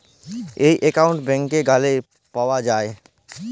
ই account ব্যাংকে গ্যালে পাউয়া যায়